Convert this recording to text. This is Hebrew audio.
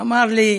אמר לי: